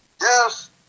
Yes